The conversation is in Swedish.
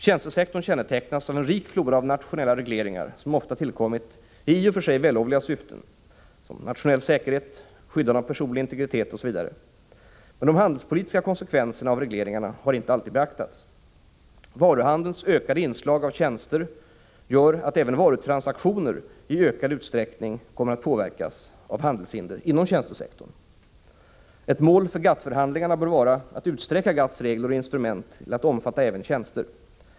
Tjänstesektorn kännetecknas av en rik flora av nationella regleringar som ofta tillkommit i i och för sig vällovliga syften, såsom nationell säkerhet och skyddande av personlig integritet. Men de handelspolitiska konsekvenserna av regleringarna har inte alltid beaktats. Varuhandelns ökade inslag av tjänster gör att även varutransaktioner i ökad utsträckning kommer att påverkas av handelshinder inom tjänstesektorn. Ett mål för GATT-förhandlingarna bör vara att utsträcka GATT:s regler och instrument till att omfatta även tjänster.